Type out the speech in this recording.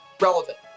relevant